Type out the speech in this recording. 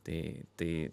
tai tai